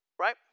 Right